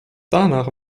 danach